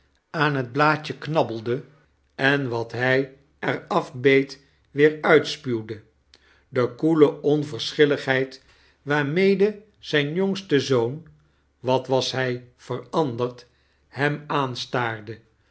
aan het blaadje knaobelde en wat hij er afbeet weer uiispuwde i de koele onverschilligheid waannede i zijn jongste zoon wat was hij veri anderd hem aanstaarde